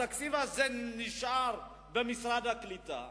התקציב הזה נשאר במשרד הקליטה,